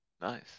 Nice